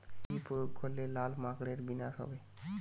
কি প্রয়োগ করলে লাল মাকড়ের বিনাশ হবে?